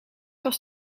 was